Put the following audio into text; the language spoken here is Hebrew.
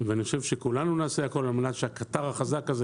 אני חושב שכולנו נעשה הכול על מנת שהקטר החזק הזה